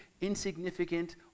insignificant